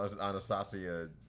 anastasia